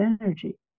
energy